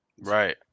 right